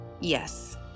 Yes